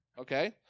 okay